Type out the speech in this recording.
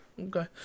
Okay